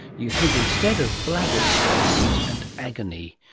you think instead of bladder stones and agony.